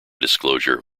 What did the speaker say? disclosure